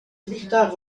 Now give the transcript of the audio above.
vliegtuig